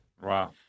wow